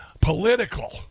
political